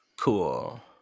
Cool